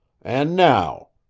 and now,